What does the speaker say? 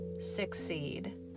succeed